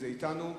זה אתנו,